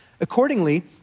Accordingly